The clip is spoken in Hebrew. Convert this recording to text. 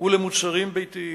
ולמוצרים ביתיים.